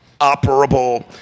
operable